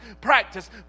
practice